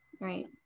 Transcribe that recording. Right